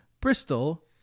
Bristol